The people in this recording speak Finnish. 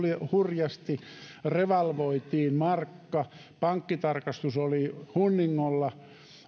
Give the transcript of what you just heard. hurjasti revalvoitiin markka pankkitarkastus oli hunningolla